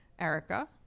Erica